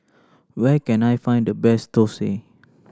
where can I find the best thosai